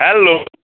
hello